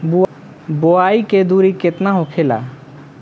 बुआई के दूरी केतना होखेला?